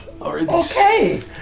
Okay